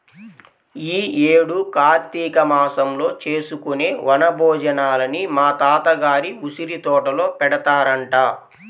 యీ యేడు కార్తీక మాసంలో చేసుకునే వన భోజనాలని మా తాత గారి ఉసిరితోటలో పెడతారంట